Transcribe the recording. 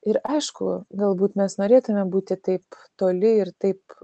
ir aišku galbūt mes norėtume būti taip toli ir taip